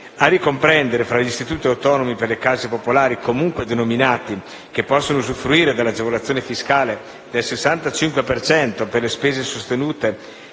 ricomprendere, fra gli istituti autonomi per le case popolari, comunque denominati, che possono usufruire dell'agevolazione fiscale del 65 per cento per le spese sostenute